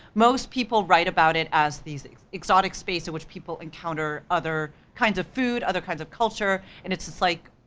most people write about it as this exotic space to which people encounter other kinds of food, other kinds of culture, and it's just like,